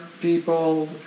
people